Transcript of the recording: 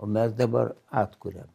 o mes dabar atkuriam